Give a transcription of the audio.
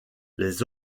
les